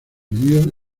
unidos